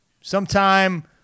Sometime